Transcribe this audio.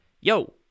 yo